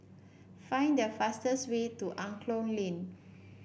find the fastest way to Angklong Lane